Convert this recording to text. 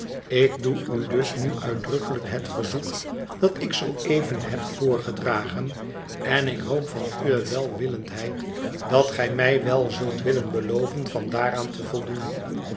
ik doe u dus nu uitdrukkelijk het verzoek dat ik zoo even heb voorgedragen en ik hoop van uwe welwillendheid dat gij mij wel zult willen beloven van daaraan te voldoen